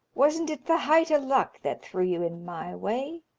wasn't it the height o' luck that threw you in my way!